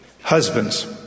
Husbands